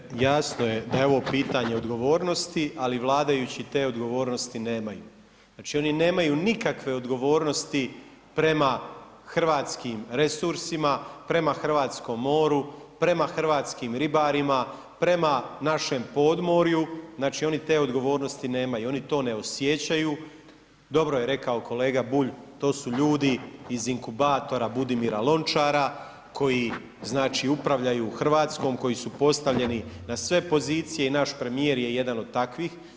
Dakle, jasno je da je ovo pitanje odgovornosti, ali vladajući te odgovornosti nemaju, znači, oni nemaju nikakve odgovornosti prema hrvatskim resursima, prema hrvatskom moru, prema hrvatskim ribarima, prema našem podmorju, znači, oni te odgovornosti nemaju, oni to ne osjećaju, dobro je rekao kolega Bulj, to su ljudi iz inkubatora Budimira Lončara, koji znači, upravljaju RH koji su postavljeni na sve pozicije i naš premijer je jedan od takvih.